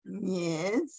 yes